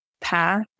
path